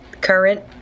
current